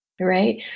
Right